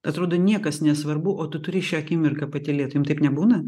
atrodo niekas nesvarbu o tu turi šią akimirką patylėt jum taip nebūna